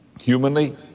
Humanly